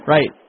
Right